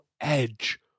edge